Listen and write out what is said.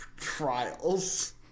trials